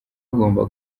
agomba